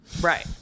Right